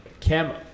Camo